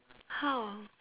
how